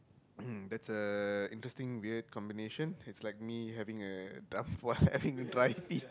that's a interesting weird combination has like me having a duff wife having a <UNK